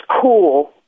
cool